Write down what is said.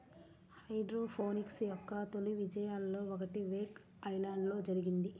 hydroponics యొక్క తొలి విజయాలలో ఒకటి వేక్ ఐలాండ్లో జరిగింది